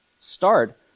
Start